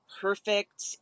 perfect